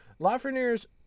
Lafreniere's